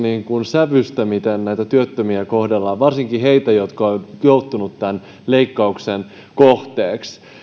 sävystä miten työttömiä kohdellaan varsinkin heitä jotka ovat joutuneet tämän leikkauksen kohteeksi